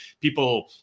people